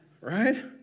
right